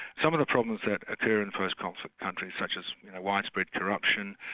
some of the problems that occur in post-conflict countries such as widespread corruption,